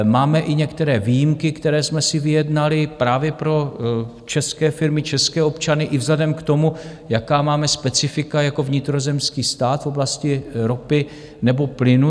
Máme i některé výjimky, které jsme si vyjednali právě pro české firmy, české občany i vzhledem k tomu, jaká máme specifika jako vnitrozemský stát v oblasti ropy nebo plynu.